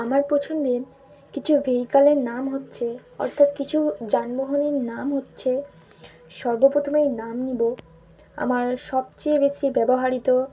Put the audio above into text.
আমার পছন্দের কিছু ভেহিক্যালের নাম হচ্ছে অর্থাৎ কিছু যানবাহনের নাম হচ্ছে সর্বপ্রথমেই নাম নেব আমার সবচেয়ে বেশি ব্যবহৃত